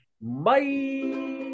bye